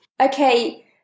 Okay